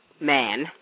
man